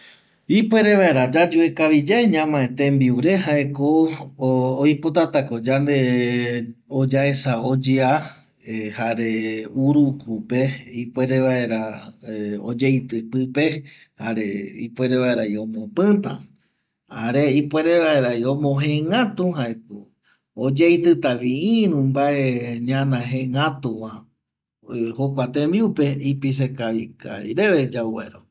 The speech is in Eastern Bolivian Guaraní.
Ipuere vaera yayue kavi yae ñamae tembiure jaeko oipotatako yande yaesa oyea jare urukupe ipuere vaera oyeitƚ pƚpe jare ipuere vaeravi omopƚta jare ipuere vaeravi omo jengätu jaeko oyeitƚtavi je iru ñana jengätiva jokua tembiupe ipise kavi reve yau vaera